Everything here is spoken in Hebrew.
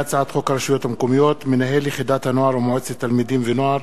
הצעת חוק הרשויות המקומיות (מנהל יחידת הנוער ומועצת תלמידים ונוער),